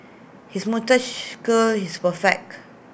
his moustache curl is perfect